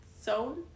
sewn